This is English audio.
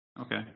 Okay